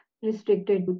restricted